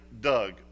Doug